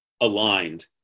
aligned